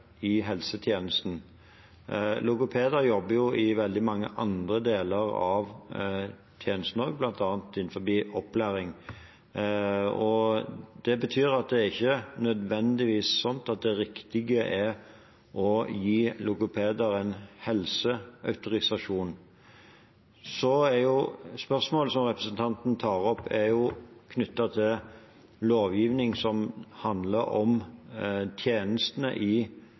i helsetjenesten. Logopeder jobber jo i veldig mange andre deler av tjenestene også, bl.a. innenfor opplæring. Det betyr at det ikke nødvendigvis er slik at det riktige er å gi logopeder en helseautorisasjon. Spørsmålet som representanten tar opp, er knyttet til lovgivning som handler om tjenestene i